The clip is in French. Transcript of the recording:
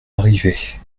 arrivé